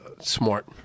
smart